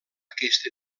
aquest